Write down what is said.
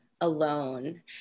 alone